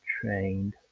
trained